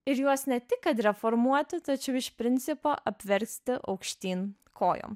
ir juos ne tik kad reformuoti tačiau iš principo apversti aukštyn kojom